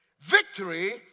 Victory